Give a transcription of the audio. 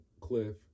Cliff